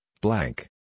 blank